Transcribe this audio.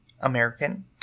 American